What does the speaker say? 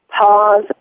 pause